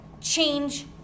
change